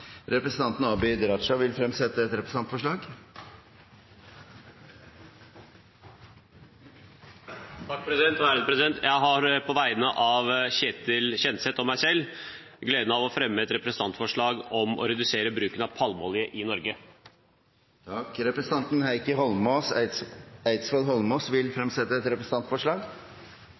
Representanten Abid Q. Raja vil fremsette et representantforslag. Jeg har på vegne av Kjetil Kjenseth og meg selv gleden av å fremme et representantforslag om å redusere bruken av palmeolje i Norge. Representanten Heikki Eidsvoll Holmås vil fremsette et representantforslag.